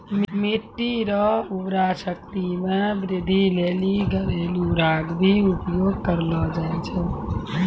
मिट्टी रो उर्वरा शक्ति मे वृद्धि लेली घरेलू राख भी उपयोग करलो जाय छै